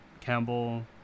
Campbell